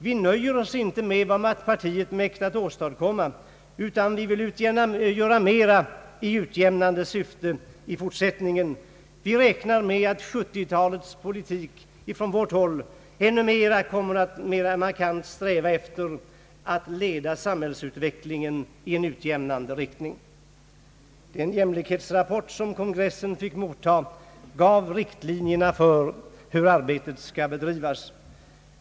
Vi nöjer oss inte med vad partiet mäktat åstadkomma utan vi vill göra mera i utjämnande syfte i fortsättningen. Vi räknar med att 1970-talets politik ännu mera markant kommer att sträva efter att söka leda samhällsutvecklingen i en utjämnande riktning. Den jämlikhetsrapport som kongressen fick motta gav riktlinjerna för hur detta arbete skall bedrivas.